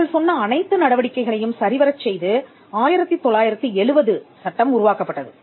அவர்கள் சொன்ன அனைத்து நடவடிக்கைகளையும் சரிவரச் செய்து 1970 சட்டம் உருவாக்கப்பட்டது